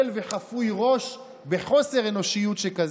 אבל וחפוי ראש, בחוסר אנושיות שכזה.